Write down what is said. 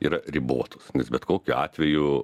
yra ribotos nes bet kokiu atveju